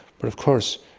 but of course,